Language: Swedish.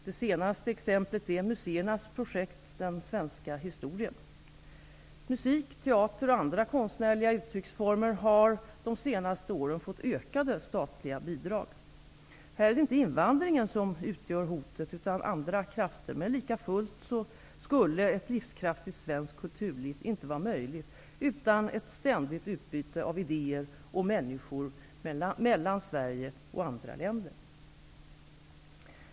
Det senaste exemplet är museernas projekt ''Den svenska historien''. Musik, teater och andra konstnärliga uttrycksformer har de senaste åren fått ökade statliga bidrag. Här är det inte invandringen som utgör hotet utan andra krafter, men lika fullt skulle ett livskraftigt svenskt kulturliv inte vara möjligt utan ett ständigt utbyte av idéer och människor mellan Sverige och andra länder.